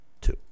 two